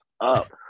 up